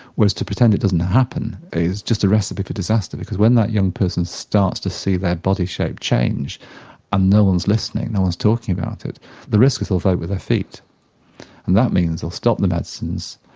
whereas to pretend it doesn't happen is just a recipe for disaster because when that young person starts to see their body shape change and no one is listening, no one is talking about it the risk is they'll vote with their feet. and that means they'll stop the medicines,